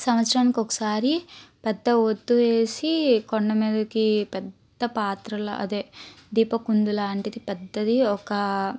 సంవత్సరానికి ఒకసారి పెద్ద వత్తి వేసి కొండ మీదకి పెద్ద పాత్రల అదే దీప కుందు లాంటిది పెద్దది ఒక